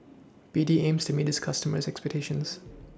B D aims to meet its customers' expectations